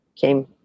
came